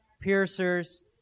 piercers